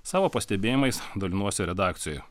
savo pastebėjimais dalinuosi redakcijoj